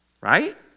right